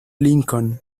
lincoln